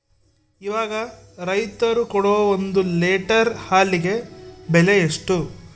ಇವಾಗ ರೈತರು ಕೊಡೊ ಒಂದು ಲೇಟರ್ ಹಾಲಿಗೆ ಬೆಲೆ ಎಷ್ಟು?